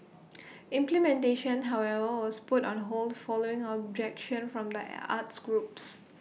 implementation however was put on hold following objection from the arts groups